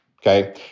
okay